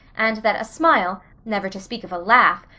and that a smile, never to speak of a laugh,